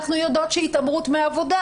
אנחנו יודעים שהתעמרות בעבודה,